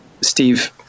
Steve